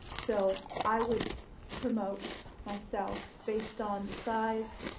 so i would promote, myself, based on the size,